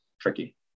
tricky